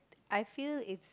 I feel it's